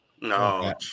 No